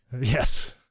yes